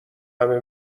همه